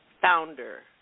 founder